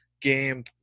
game